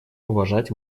уважать